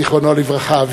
זכרו לברכה,